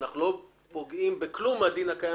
אנחנו לא פוגעים בכלום מהדין הקיים